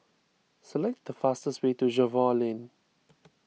select the fastest way to Jervois Lane